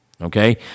okay